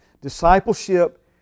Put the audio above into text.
discipleship